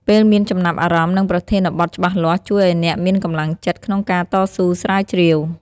ពេលមានចំណាប់អារម្មណ៍នឹងប្រធានបទច្បាស់លាស់ជួយឲ្យអ្នកមានកម្លាំងចិត្ត ក្នុងការតស៊ូស្រាវជ្រាវ។